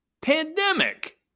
Pandemic